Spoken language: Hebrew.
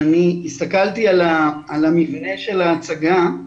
הסתכלתי על מבנה ההצגה,